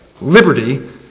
liberty